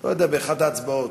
לא יודע, באחת ההצבעות.